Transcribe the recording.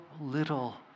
little